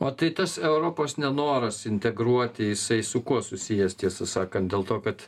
o tai tas europos nenoras integruoti jisai su kuo susijęs tiesą sakant dėl to kad